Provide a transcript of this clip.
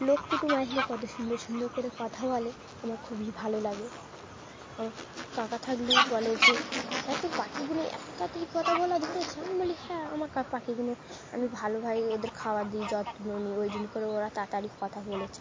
লোক কুটুম আইলে কত সুন্দর সুন্দর করে কথা বলে আমার খুবই ভালো লাগে কাকা থাকলেই বলে যে হ্যাঁ তোর পাখিগুলো এত তাড়াতাড়ি কথা বলা ধরেছে আমি বলি হ্যাঁ আমার পাখিগুলো আমি ভালোভাবে ওদের খাওয়া দিই যত্ন নিই ওই জন্য করেও ওরা তাড়াতাড়ি কথা বলেছে